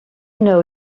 know